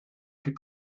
plus